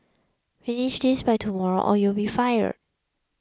finish this by tomorrow or you'll be fired